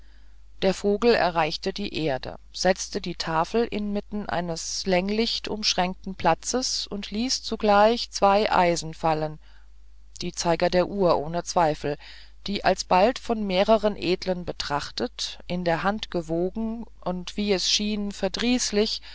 der vogel erreichte die erde setzte die tafel inmitten eines länglicht umschränkten platzes und ließ zugleich zwei eisen fallen die zeiger der uhr ohne zweifel die alsbald von mehreren edlen betrachtet in der hand gewogen und wie es schien verdrießlich